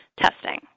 testing